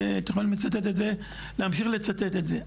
אתם יכולים להמשיך לצטט את זה,